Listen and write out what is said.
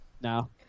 No